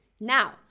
Now